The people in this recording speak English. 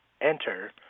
enter